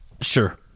Sure